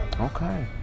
okay